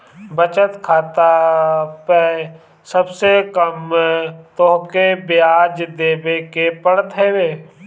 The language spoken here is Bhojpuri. बचत खाता पअ सबसे कम तोहके बियाज देवे के पड़त हवे